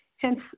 Hence